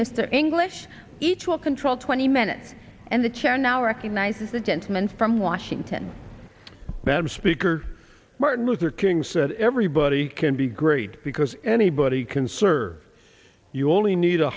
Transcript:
mr english each will control twenty minutes and the chair now recognizes the gentleman from washington better speaker martin luther king said everybody can be great because anybody can serve you only need a